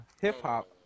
Hip-Hop